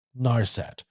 narset